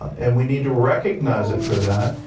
and we need to recognize it for that.